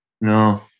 No